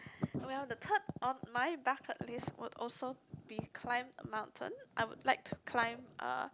well the third on my bucket list would also be climb a mountain I would like to climb a